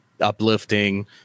uplifting